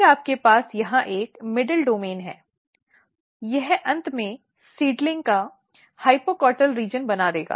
फिर आपके पास यहां एक मध्य डोमेन है यह अंत में सीड्लिंग का हाइपोकॉटल क्षेत्र बना देगा